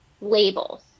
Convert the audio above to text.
labels